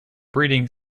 breeding